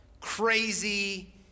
crazy